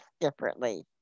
differently